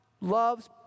loves